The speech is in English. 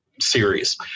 series